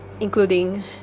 Including